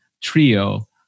trio